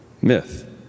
Myth